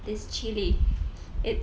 this chilli it's